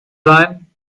sein